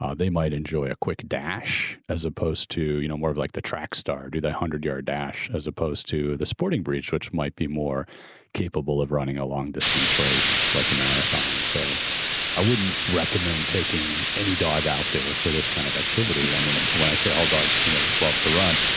ah they might enjoy a quick dash as opposed to, you know, more of like the track star do the one hundred yard dash as opposed to the sporting breed, which might be more capable of running a long distance race like a marathon. so i wouldn't recommend taking any dog out there for this kind of activity. i mean, when i say all dogs, you know, love to run.